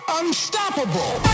unstoppable